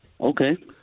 Okay